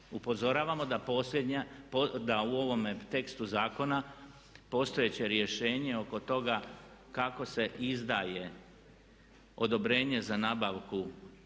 posljednja, da u ovome tekstu zakona postojeće rješenje oko toga kako se izdaje odobrenje za nabavku